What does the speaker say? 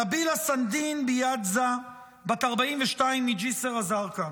נבילה סנדין ביאדסה, בת 42, מג'יסר א-זרקא,